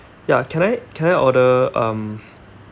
ya can I can I order um